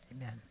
amen